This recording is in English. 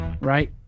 right